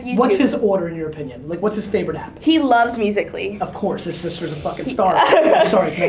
what's his order in your opinion? like what's his favorite app? he loves musical ly. of course, his sister's a fucking star. oh sorry,